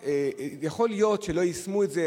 יכול להיות שלא יישמו את זה,